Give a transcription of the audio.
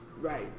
Right